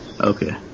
Okay